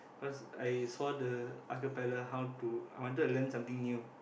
cause I saw the acapella how to I wanted to learn something new